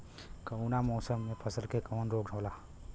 कवना मौसम मे फसल के कवन रोग होला?